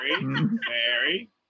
Mary